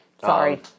Sorry